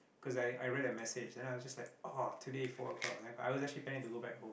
cause I I read a message then I was just like oh today four o-clock then I was actually plan to go back home